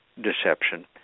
deception